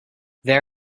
there